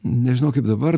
nežinau kaip dabar